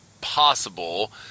possible